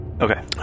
Okay